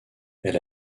elle